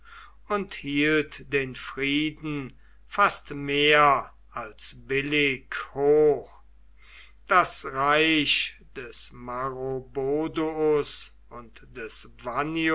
und hielt den frieden fast mehr als billig hoch das reich des maroboduus und des